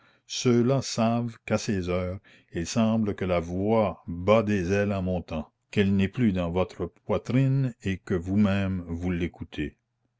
ceux-là savent qu'à ces heures il semble que la voix bat des ailes en montant qu'elle n'est plus dans votre poitrine et que vous-même vous l'écoutez